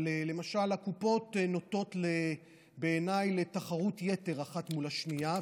אבל למשל הקופות נוטות בעיניי לתחרות יתר אחת מול השנייה,